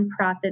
nonprofit